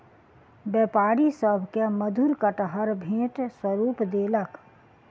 व्यापारी सभ के मधुर कटहर भेंट स्वरूप देलक